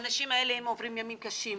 האנשים האלה עוברים ימים קשים,